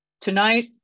Tonight